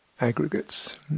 aggregates